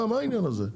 מה העניין הזה?